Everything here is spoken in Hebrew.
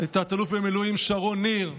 תת-אלוף במילואים שרון ניר,